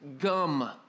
gum